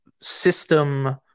system